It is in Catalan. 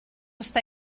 està